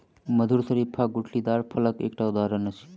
मधुर शरीफा गुठलीदार फलक एकटा उदहारण अछि